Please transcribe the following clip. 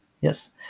yes